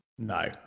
No